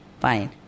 Fine